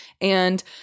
and-